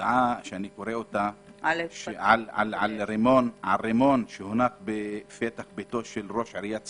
הודעה שאני קורא אותה על רימון שהונח בפתח ביתו של ראש עיריית סכנין.